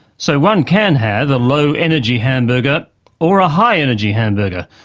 so one can have a low-energy hamburger or a high-energy hamburger,